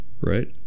Right